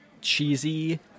cheesy